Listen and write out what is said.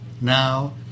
Now